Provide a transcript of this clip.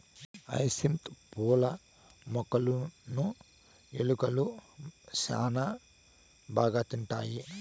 hyacinth పూల మొక్కలును ఎలుకలు శ్యాన బాగా తింటాయి